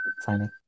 signing